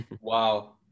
wow